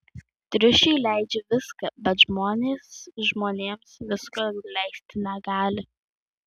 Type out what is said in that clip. triušiui leidžiu viską bet žmonės žmonėms visko leisti negali